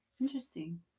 Interesting